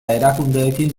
erakundeekin